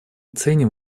ценим